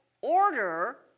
order